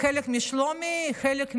חלק משלומי, חלק מהדרום.